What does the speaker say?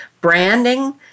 branding